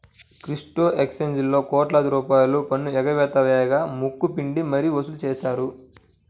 crypto ఎక్స్చేంజీలలో కోట్లాది రూపాయల పన్ను ఎగవేత వేయగా ముక్కు పిండి మరీ వసూలు చేశారు